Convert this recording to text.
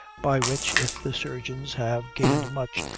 by which, if the surgeons have gained much,